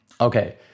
Okay